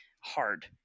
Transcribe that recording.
hard